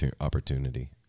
opportunity